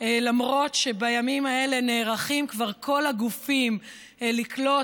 למרות שבימים האלה נערכים כבר כל הגופים לקלוט